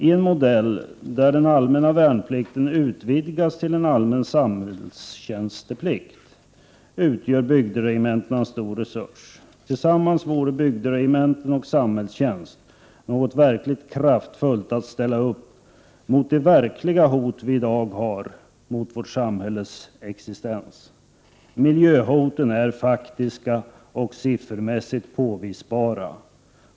I en modell där den allmänna värnplikten utvecklas till en allmän samhällstjänsteplikt utgör bygderegementena en stor resurs. Tillsammans vore bygderegementen och samhällstjänst något ytterst kraftfullt att ställa upp mot de verkliga hot som i dag finns mot vårt samhälles existens. Miljöhoten är faktiska och siffermässigt påvisbara.